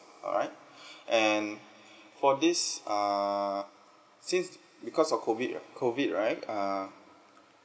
alright and for this err since because of COVID COVID right err